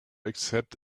accept